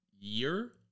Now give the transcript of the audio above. year